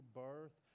birth